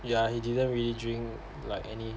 yeah he didn't really drink like any